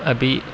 अपि